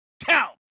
count